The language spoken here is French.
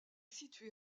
situé